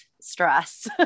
stress